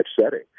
setting